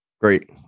Great